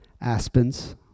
Aspens